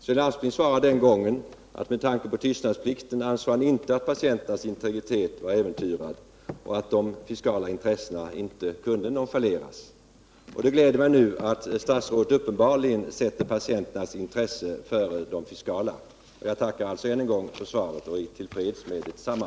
Sven Aspling svarade den gången att Nr 160 han med tanke på tystnadsplikten inte ansåg att patienternas integritet var Torsdagen den äventyrad och att fiskala intressen inte kunde nonchaleras. I juni 1978 Det gläder mig att höra att statsrådet uppenbarligen sätter patienternas intresse före de fiskala intressena. R ;| Om regeringens Jag tackar alltså än en gång för svaret och är till freds med detsamma.